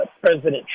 President